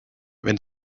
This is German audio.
wenn